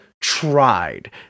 tried